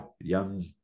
young